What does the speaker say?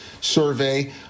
survey